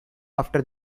after